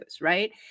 Right